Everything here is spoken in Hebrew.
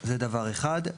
זה דבר אחד.